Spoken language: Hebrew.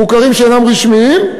מוכרים שאינם רשמיים,